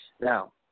Now